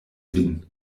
vin